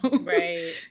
Right